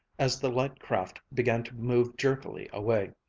as the light craft began to move jerkily away.